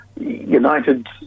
United